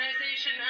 Organization